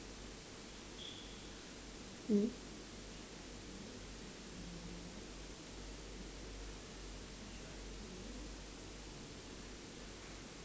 mm